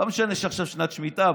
לא משנה שעכשיו שנת שמיטה,